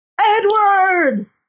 Edward